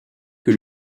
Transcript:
que